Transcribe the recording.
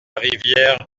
rivière